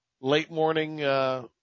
late-morning